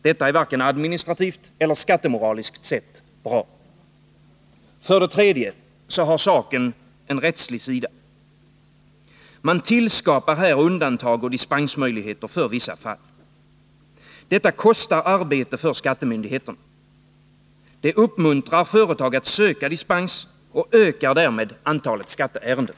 Detta är varken administrativt eller skattemoraliskt sett bra. För det tredje har saken en rättslig sida. Man tillskapar undantag och dispensmöjligheter för vissa fall. Detta kostar arbete för skattemyndigheterna. Det uppmuntrar företag att söka dispens och ökar därmed antalet skatteärenden.